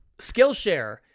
Skillshare